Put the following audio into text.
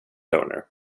owner